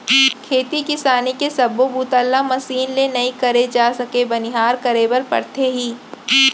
खेती किसानी के सब्बो बूता ल मसीन ले नइ करे जा सके बनिहार करे बर परथे ही